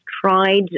tried